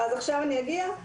אני אגיע לזה.